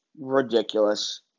ridiculous